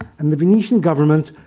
and the venetian government,